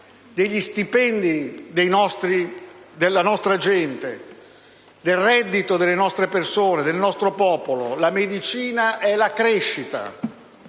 degli stipendi della nostra gente, del reddito delle nostre persone, del nostro popolo. La medicina è la crescita: